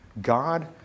God